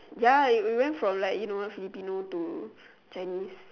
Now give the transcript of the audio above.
ya we we went from like you know filipino to chinese